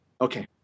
Okay